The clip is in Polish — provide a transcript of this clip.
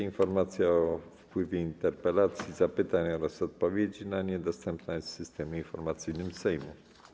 Informacja o wpływie interpelacji, zapytań oraz odpowiedzi na nie dostępna jest w Systemie Informacyjnym Sejmu.